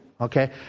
Okay